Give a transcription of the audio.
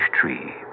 tree